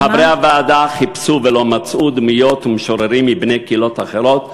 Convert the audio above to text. שחברי הוועדה חיפשו ולא מצאו דמויות ומשוררים מבני קהילות אחרות.